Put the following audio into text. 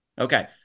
Okay